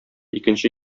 икенче